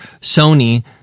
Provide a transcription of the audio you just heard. Sony